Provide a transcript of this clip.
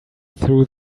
through